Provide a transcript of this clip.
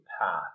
path